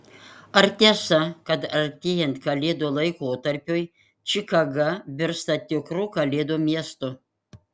ar tiesa kad artėjant kalėdų laikotarpiui čikaga virsta tikru kalėdų miestu